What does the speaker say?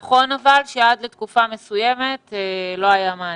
נכון, אבל, שעד לתקופה מסוימת לא היה מענה.